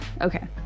Okay